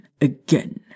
again